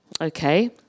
okay